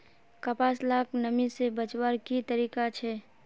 कपास लाक नमी से बचवार की तरीका छे?